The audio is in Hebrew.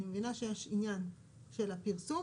אני מבינה שיש עניין של הפרסום,